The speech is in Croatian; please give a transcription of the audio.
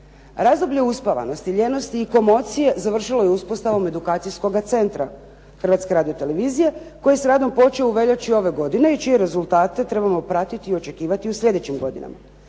Razdoblje uspavanosti, lijenosti i komocije završilo je uspostavom Edukacijskoga centra Hrvatske radiotelevizije koji je s radom počeo u veljači ove godine i čije rezultate trebamo pratiti i očekivati u sljedećim godinama.